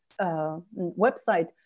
website